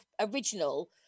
original